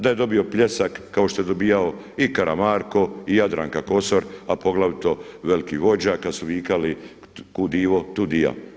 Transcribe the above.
Da je dobio pljesak kao što je dobijao i Karamarko i Jadranka Kosor, a poglavito veliki vođa kada su vikali „kud Ivo tud i ja“